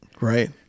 Right